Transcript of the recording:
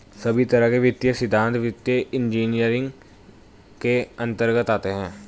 सभी तरह के वित्तीय सिद्धान्त वित्तीय इन्जीनियरिंग के अन्तर्गत आते हैं